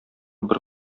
бер